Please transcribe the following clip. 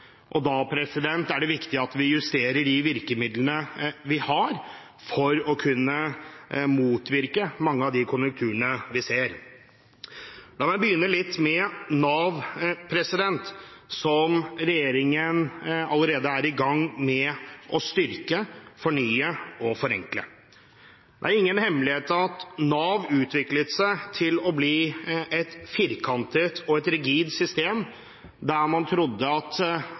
arbeidslivet. Da er det viktig at vi justerer de virkemidlene vi har, for å kunne motvirke mange av de konjunkturene vi ser. La meg begynne litt med Nav, som regjeringen allerede er i gang med å styrke, fornye og forenkle. Det er ingen hemmelighet at Nav utviklet seg til å bli et firkantet og rigid system, der man trodde at